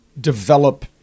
develop